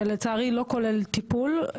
ולצערי לא כולל טיפול.